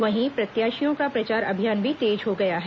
वहीं प्रत्याशियों का प्रचार अभियान भी तेज हो गया है